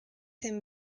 him